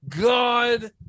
God